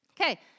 Okay